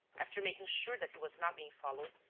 after making sure that he was not being followed,